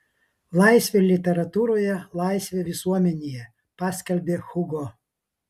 laisvė literatūroje laisvė visuomenėje paskelbė hugo